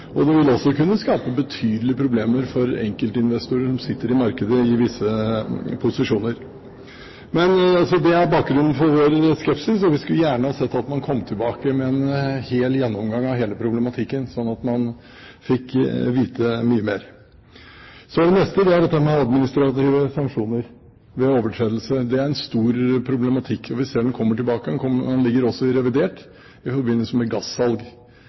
Det vil også kunne skape betydelige problemer for enkeltinvestorer som sitter i markedet i visse posisjoner. Det er bakgrunnen for vår skepsis, og vi skulle gjerne ha sett at man kom tilbake med en gjennomgang av hele problematikken, slik at man fikk vite mye mer. Så er det det neste. Det gjelder administrative sanksjoner ved overtredelse. Det er en stor problematikk, og vi ser den kommer tilbake. Den ligger også i revidert i forbindelse med gassalg.